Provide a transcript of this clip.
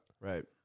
Right